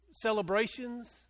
celebrations